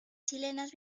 chilenas